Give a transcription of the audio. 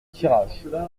tirage